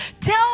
Tell